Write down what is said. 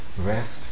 rest